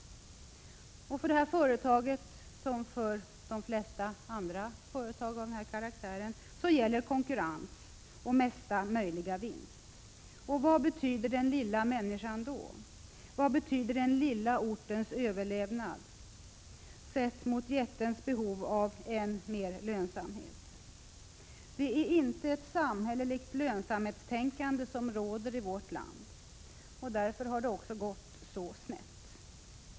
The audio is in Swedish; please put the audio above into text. För detta företag liksom för de flesta andra företag av denna karaktär gäller konkurrens och mesta möjliga vinst. Vad betyder den lilla människan då? Vad betyder den lilla ortens överlevnad sett mot jättens behov av än större lönsamhet. Det är inte ett samhälleligt lönsamhetstänkande som råder i vårt land. Därför har det också gått så snett.